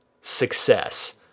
success